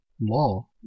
law